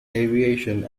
aviation